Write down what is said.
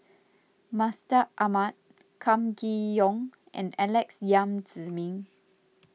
Mustaq Ahmad Kam Kee Yong and Alex Yam Ziming